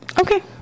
Okay